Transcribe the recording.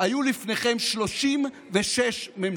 היו לפניכם 36 ממשלות,